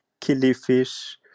killifish